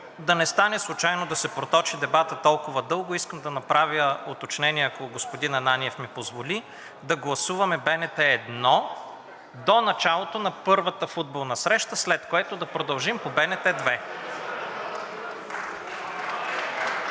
да не стане случайно и да се проточи дебатът толкова дълго, искам да направя уточнение, ако господин Ананиев ми позволи, да гласуваме – БНТ 1 до началото на първата футболна среща, след което да продължим по БНТ 2.